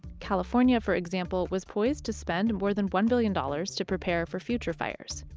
california, for example, was poised to spend more than one billion dollars to prepare for future fires.